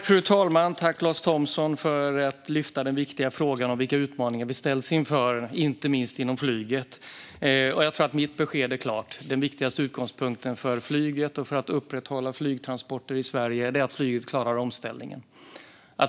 Fru talman! Jag tackar Lars Thomsson för att han lyfte upp den viktiga frågan om vilka utmaningar vi ställs inför, inte minst inom flyget. Jag tror att mitt besked är klart: Den viktigaste utgångspunkten för flyget och för att upprätthålla flygtransporter i Sverige är att flyget klarar omställningen.